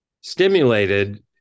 stimulated